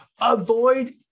avoid